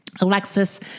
Alexis